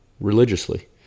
religiously